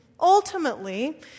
ultimately